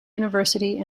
university